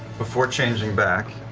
before changing back,